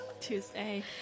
Tuesday